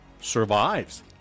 survives